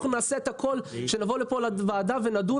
אנחנו נעשה את הכול לבוא לפה לוועדה ונדון